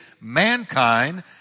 mankind